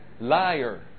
Liar